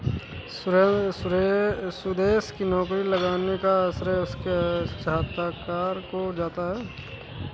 सुदेश की नौकरी लगने का श्रेय उसके साक्षात्कार को जाता है